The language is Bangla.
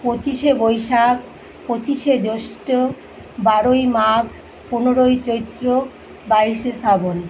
পঁচিশে বৈশাখ পঁচিশে জ্যৈষ্ট বারোই মাঘ পনোরোই চৈত্র বাইশে শ্রাবণ